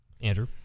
andrew